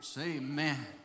Amen